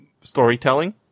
storytelling